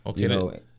Okay